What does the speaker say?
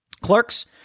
Clerks